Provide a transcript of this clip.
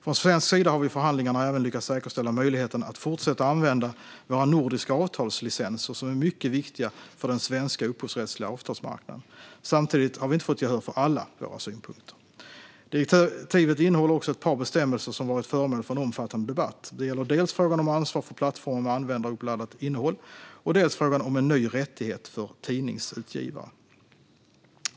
Från svensk sida har vi i förhandlingarna även lyckats säkerställa möjligheten att fortsätta använda våra nordiska avtalslicenser, som är mycket viktiga för den svenska upphovsrättsliga avtalsmarknaden. Samtidigt har vi inte fått gehör för alla våra synpunkter. Direktivet innehåller också ett par bestämmelser som varit föremål för en omfattande debatt. Det gäller dels frågan om ansvar för plattformar med användaruppladdat innehåll, dels frågan om en ny rättighet för tidningsutgivare.